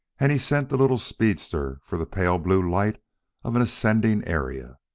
and he sent the little speedster for the pale blue light of an ascending area.